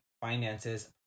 finances